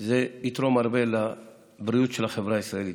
זה יתרום הרבה לבריאות של החברה הישראלית.